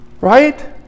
right